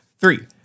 Three